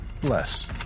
Bless